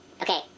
Okay